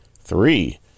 Three